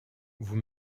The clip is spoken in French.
vous